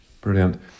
Brilliant